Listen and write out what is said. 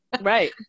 right